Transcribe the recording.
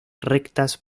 rectas